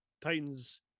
Titans